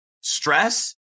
stress